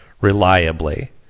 reliably